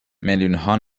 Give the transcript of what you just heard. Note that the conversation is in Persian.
میلیونها